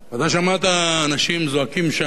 אתה שמעת אנשים זועקים שם,